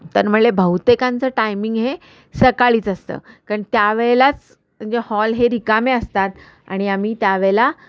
तर म्हणले बहुतेकांचं टायमिंग हे सकाळीच असतं कारण त्यावेळेलाच म्हणजे हॉल हे रिकामे असतात आणि आम्ही त्यावेळेला